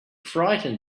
frightened